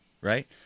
right